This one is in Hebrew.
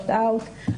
אופט אאוט,